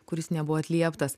kuris nebuvo atlieptas